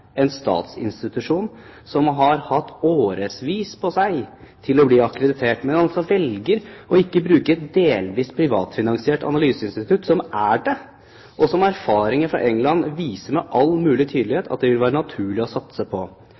en statsinstitusjon som har hatt år på seg til å bli akkreditert, mens man velger ikke å bruke et delvis privatfinansiert analyseinstitutt som er det, og der erfaringer fra England med all mulig tydelighet viser at dette vil det være naturlig å satse på.